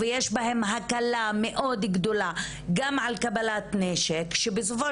ויש בהן הקלה מאוד גדולה גם על קבלת נשק שבסופו